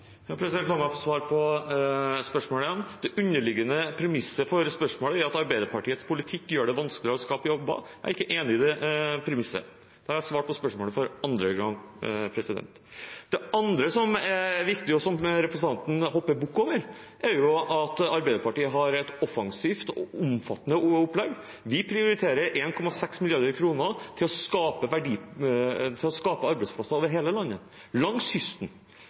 La meg få svare på spørsmålet igjen: Det underliggende premisset for spørsmålet er at Arbeiderpartiets politikk gjør det vanskeligere å skape jobber. Jeg er ikke enig i det premisset. Da har jeg svart på spørsmålet for andre gang. Det andre som er viktig, og som representanten hopper bukk over, er at Arbeiderpartiet har et offensivt og omfattende opplegg. Vi prioriterer 1,6 mrd. kr til å skape arbeidsplasser over hele landet, langs kysten,